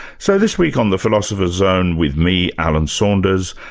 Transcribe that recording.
so this week on the philosopher's zone, with me, alan saunders,